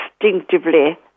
instinctively